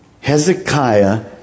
Hezekiah